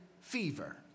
Fever